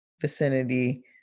vicinity